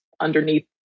underneath